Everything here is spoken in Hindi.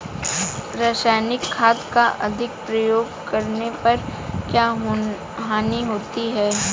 रासायनिक खाद का अधिक प्रयोग करने पर क्या हानि होती है?